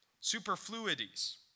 superfluities